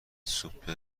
سوپ